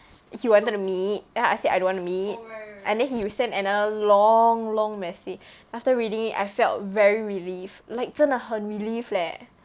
he wanted to meet then I said I don't want to meet and then he resent another long long message after reading it I felt very relieved like 真的很 relieved leh I think that that he can